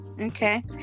Okay